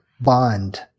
bond